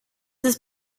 ist